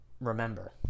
Remember